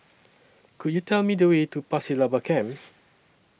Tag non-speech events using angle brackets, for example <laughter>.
Could YOU Tell Me The Way to Pasir Laba Camp <noise>